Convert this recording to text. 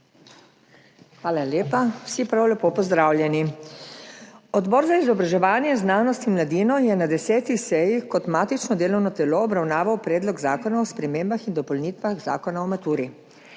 Hvala lepa. Vsi prav lepo pozdravljeni! Odbor za izobraževanje, znanost in mladino je na 10. seji kot matično delovno telo obravnaval Predlog zakona o spremembah in dopolnitvah Zakona o maturi.